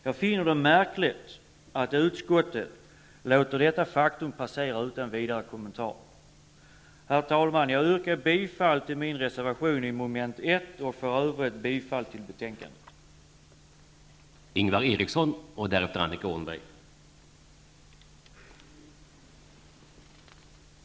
Jag finner det märkligt att utskottet låter detta faktum passera utan vidare kommentar. Herr talman! Jag yrkar bifall till min reservation under mom. 1 och i övrigt bifall till utskottets hemställan.